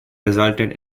resulted